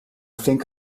think